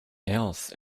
else